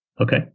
Okay